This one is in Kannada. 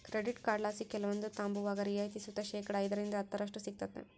ಕ್ರೆಡಿಟ್ ಕಾರ್ಡ್ಲಾಸಿ ಕೆಲವೊಂದು ತಾಂಬುವಾಗ ರಿಯಾಯಿತಿ ಸುತ ಶೇಕಡಾ ಐದರಿಂದ ಹತ್ತರಷ್ಟು ಸಿಗ್ತತೆ